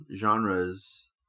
genres